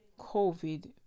COVID